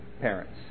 parents